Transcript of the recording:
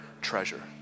treasure